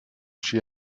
she